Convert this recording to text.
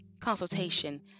consultation